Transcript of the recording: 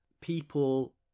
people